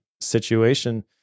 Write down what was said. situation